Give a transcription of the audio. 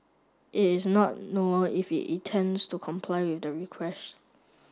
it is not known if he intends to comply with the request